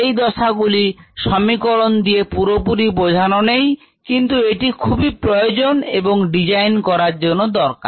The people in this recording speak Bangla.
এই দশা গুলি সমীকরণ দিয়ে পুরোপুরি বোঝানো নেই কিন্ত এটি খুবই প্রয়োজন এবং ডিজাইন করার জন্য দরকার